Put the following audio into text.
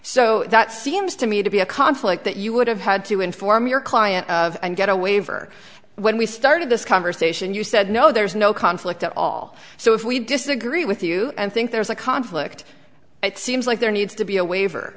so that seems to me to be a conflict that you would have had to inform your client and get a waiver when we started this conversation you said no there's no conflict at all so if we disagree with you i think there's a conflict it seems like there needs to be a waiver